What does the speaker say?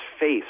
face